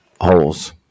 holes